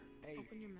hey